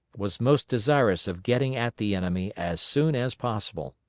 was most desirous of getting at the enemy as soon as possible.